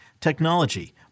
technology